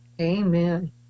Amen